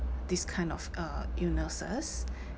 this kind of uh illnesses